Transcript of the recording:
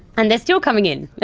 and they're still coming in.